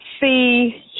see